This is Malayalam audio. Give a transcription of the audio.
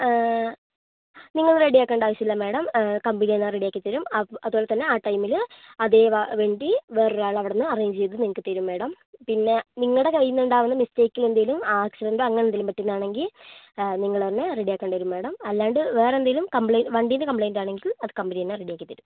നിങ്ങൾ റെഡി ആക്കേണ്ട ആവശ്യമില്ല മാഡം കമ്പനി എല്ലാം റെഡി ആക്കിത്തരും അതുപോലെ തന്നെ ആ ടൈമിൽ അതേ വണ്ടി വേറൊരാള് അവിടെനിന്ന് അറേഞ്ച് ചെയ്ത് നിങ്ങൾക്ക് തരും മാഡം പിന്നെ നിങ്ങളുടെ കയ്യിൽ നിന്ന് ഉണ്ടാവുന്ന മിസ്റ്റേക്ക് എന്തെങ്കിലും ആക്സിഡെൻ്റോ അങ്ങനെ എന്തെങ്കിലും പറ്റുന്ന ആണെങ്കിൽ നിങ്ങൾ തന്നെ റെഡി അക്കേണ്ടിവരും മാഡം അല്ലാണ്ട് വേറെ എന്തെങ്കിലും കംപ്ലയിൻ്റ് വണ്ടീൻ്റെ കംപ്ലയിൻ്റ് ആണെങ്കിൽ അത് കമ്പനി തന്നെ റെഡി ആക്കിത്തരും